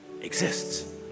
exists